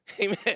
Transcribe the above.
Amen